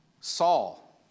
Saul